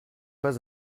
pas